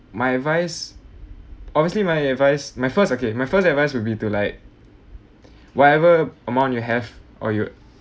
my advice obviously my advice my first okay my first advice will be to like whatever amount you have or you